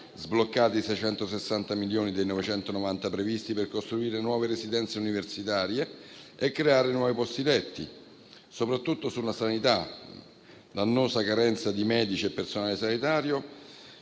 sbloccati 660 milioni dei 990 previsti per costruire nuove residenze universitarie e creare nuove posti letti. Soprattutto sulla sanità e l'annosa carenza di medici e personale sanitario,